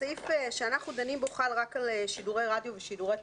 הסעיף שאנחנו דנים בו חל רק על שידורי רדיו וטלוויזיה.